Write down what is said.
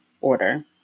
order